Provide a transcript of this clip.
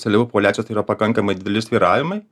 seliavų populiacijos tai yra pakankamai dideli svyravimai